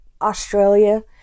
Australia